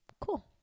Cool